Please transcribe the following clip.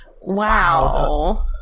Wow